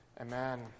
Amen